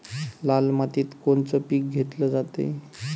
लाल मातीत कोनचं पीक घेतलं जाते?